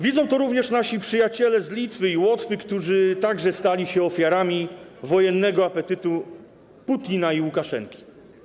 Widzą to również nasi przyjaciele z Litwy i Łotwy, którzy także stali się ofiarami wojennego apetytu Putina i Łukaszenki.